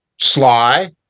Sly